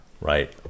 Right